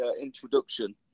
introduction